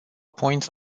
points